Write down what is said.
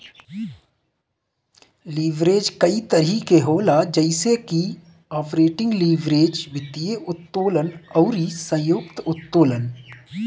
leverage कई तरही के होला जइसे की आपरेटिंग लीवरेज, वित्तीय उत्तोलन अउरी संयुक्त उत्तोलन